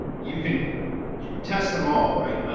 you can test them all right.